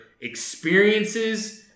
experiences